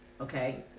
Okay